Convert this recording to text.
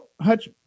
Hutch